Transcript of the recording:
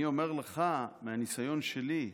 אני אומר לך מהניסיון שלי,